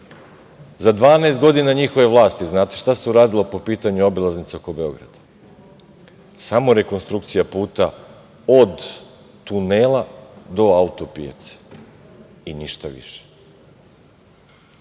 Za 12 godina njihove vlasti, znate li šta se uradilo po pitanju obilaznice oko Beograda? Samo rekonstrukcija puta od tunela do auto-pijace i ništa više.